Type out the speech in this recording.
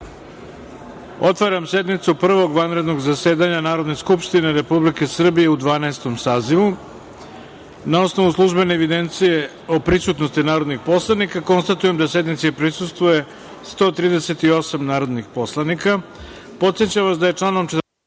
otvaram sednicu Prvog vanrednog zasedanja Narodne skupštine Republike Srbije u Dvanaestom sazivu. Na osnovu službene evidencije o prisutnosti narodnih poslanika, konstatujem da sednici prisustvuje 138 narodnih poslanika. Podsećam vas da je članom 49.